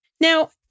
Now